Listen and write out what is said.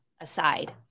aside